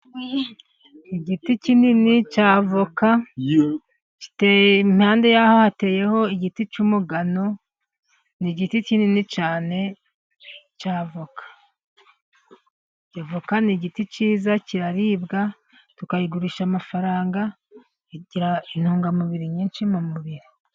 Igiti kinini cya avoka. Impande yacyo , hateye igiti cy'umugano ni igiti kinini cyane cya avoka. Kiraribwa tuyigurisha amafaranga, igira intungamubiri nyinshi mu mubiri.